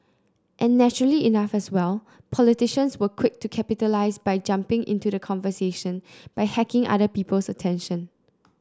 and naturally enough as well politicians were quick to capitalise by jumping into the conversation by hacking other people's attention